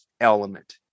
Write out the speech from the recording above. element